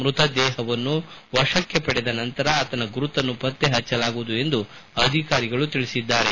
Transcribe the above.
ಮೃತ ದೇಹವನ್ನು ವಶಕ್ಕೆ ಪಡೆದ ನಂತರ ಆತನ ಗುರುತನ್ನು ಪತ್ತೆಹಚ್ಚಲಾಗುವುದು ಎಂದು ಅಧಿಕಾರಿಗಳು ತಿಳಿಸಿದ್ದಾರೆ